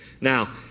Now